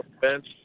bench